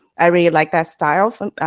i really like that style for,